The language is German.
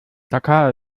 dakar